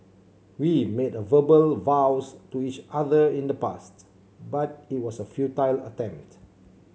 we made verbal vows to each other in the past but it was a futile attempt